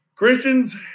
Christians